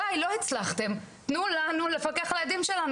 די, לא הצלחתם, תנו לנו לפקח על הילדים שלנו.